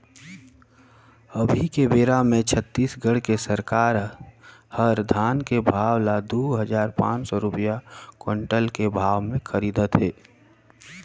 अभी के बेरा मे छत्तीसगढ़ के सरकार हर धान के भाव ल दू हजार पाँच सौ रूपिया कोंटल के भाव मे खरीदत हे